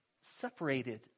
separated